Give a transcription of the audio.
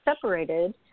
separated